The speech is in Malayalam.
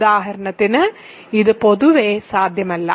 ഉദാഹരണത്തിന് ഇത് പൊതുവേ സാധ്യമല്ല